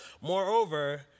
Moreover